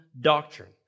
doctrine